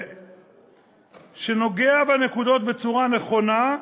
שנוגע בנקודות בצורה הנכונה,